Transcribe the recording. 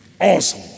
Awesome